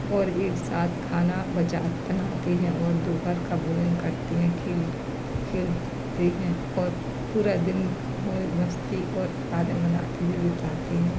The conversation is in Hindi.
और एक साथ खाना बचा बनाते हैं और दोपहर का भोजन करते हैं खेल खेलते हैं और पूरा दिन मौज मस्ती और यादें मनाते हुए बिताते हैं